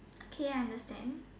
okay I understand